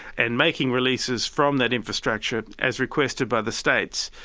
and making releases from that infrastructure, as requested by the states.